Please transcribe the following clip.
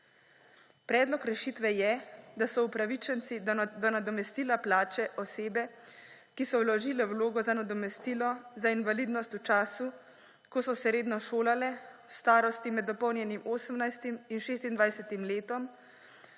Predlog rešitve je, da so upravičenci do nadomestila plače osebe, ki so vložile vlogo za nadomestilo za invalidnost v času, ko so se redno šolale v starosti med dopolnjenim 18. in 26. letom,